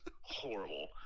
horrible